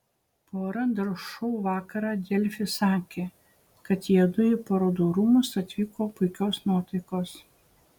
pora dar šou vakarą delfi sakė kad jiedu į parodų rūmus atvyko puikios nuotaikos